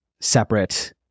separate